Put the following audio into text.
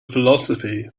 philosophy